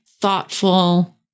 thoughtful